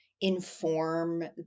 inform